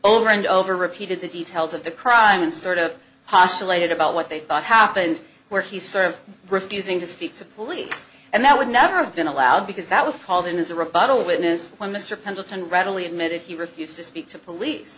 over and over repeated the details of the crime and sort of postulated about what they thought happened where he sort of refusing to speak to police and that would never have been allowed because that was called in as a rebuttal witness when mr pendleton readily admit if you refuse to speak to police